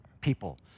people